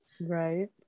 Right